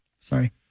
Sorry